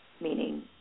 meaning